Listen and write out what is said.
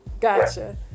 gotcha